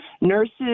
nurses